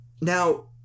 now